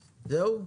זהו.